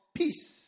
peace